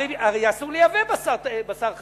הרי אסור לייבא בשר חזיר.